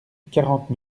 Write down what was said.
quarante